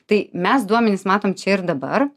tai mes duomenis matom čia ir dabar